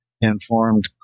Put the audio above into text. informed